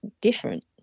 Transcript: different